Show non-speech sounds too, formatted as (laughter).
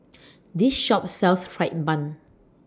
(noise) This Shop sells Fried Bun